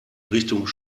richtung